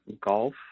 golf